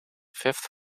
fifth